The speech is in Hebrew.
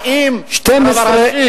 האם הרב הראשי,